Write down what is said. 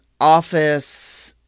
office